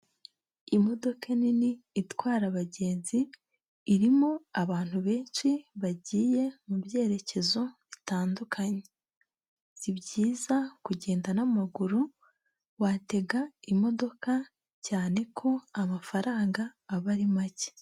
Imodoka nini itwara abagenzi, irimo abantu benshi bagiye mu byerekezo bitandukanye. Si byiza kugenda n'amaguru, watega imodoka cyane ko amafaranga aba ari make.